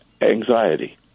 anxiety